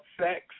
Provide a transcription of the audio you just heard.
sex